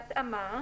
בהתאמה,